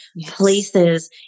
places